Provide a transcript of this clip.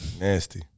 Nasty